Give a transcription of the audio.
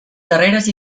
darreres